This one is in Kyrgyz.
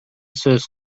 сөз